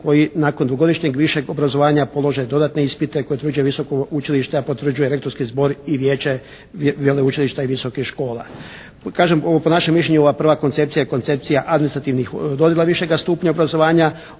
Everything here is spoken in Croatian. koji nakon dugogodišnjeg višeg obrazovanja polože dodatne ispite koji utvrđuje visoko učilište, a potvrđuje rektorski zbor i Vijeće veleučilišta i visokih škola. Kažem ovo po našem mišljenju ova prva koncepcija je koncepcija administrativnih …/Govornik se ne razumije./… višega stupnja obrazovanja